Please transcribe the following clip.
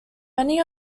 many